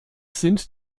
sind